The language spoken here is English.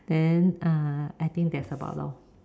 then err I think that's about all